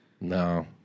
No